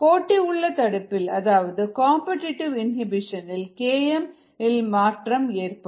போட்டி உள்ள தடுப்பில் அதாவது காம்படிடிவு இனிபிஷன் இல் km இல் மாற்றம் ஏற்படும்